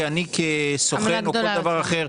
כי אני כסוכן או כל דבר אחר,